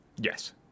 Yes